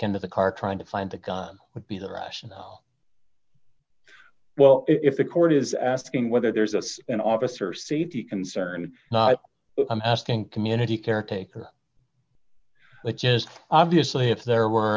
into the car trying to find the gun would be the russian well if the court is asking whether there's as an officer safety concern not asking community caretaker which is obviously if there were